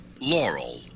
Laurel